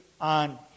on